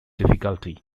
difficulty